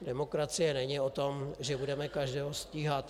Demokracie není o tom, že budeme každého stíhat.